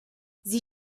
sie